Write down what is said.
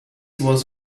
was